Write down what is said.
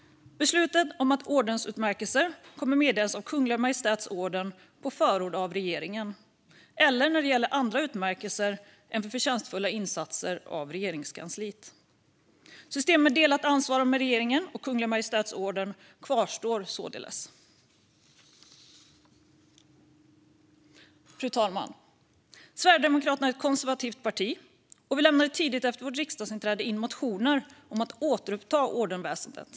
Besluten om ordensutmärkelser kommer att meddelas av Kungliga Majestäts Orden på förord av regeringen eller, när det gäller andra utmärkelser än för förtjänstfulla insatser, av Regeringskansliet. Systemet med delat ansvar mellan regeringen och Kunglig Majestäts Orden kvarstår således. Fru talman! Sverigedemokraternas är ett konservativt parti. Vi lämnade tidigt efter vårt riksdagsinträde in motioner om att återuppta ordensväsendet.